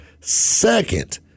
Second